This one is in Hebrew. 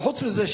חוץ מזה,